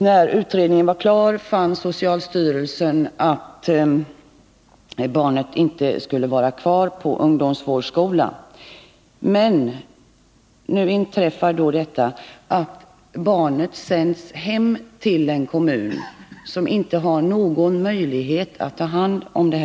När utredningen var klar, fann socialstyrelsen att barnet inte skulle vara kvar på ungdomsvårdsskolan, och då inträffade detta att barnet sändes till hemkommunen, en kommun som inte har någon möjlighet att ta hand om det.